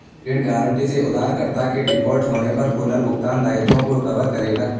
ऋण गारंटी से उधारकर्ता के डिफ़ॉल्ट होने पर पुनर्भुगतान दायित्वों को कवर करेगा